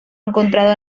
encontrado